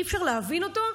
אי-אפשר להבין אותו.